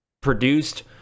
produced